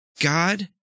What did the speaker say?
God